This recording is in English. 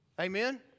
Amen